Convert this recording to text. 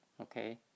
okay